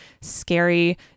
scary